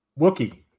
Wookie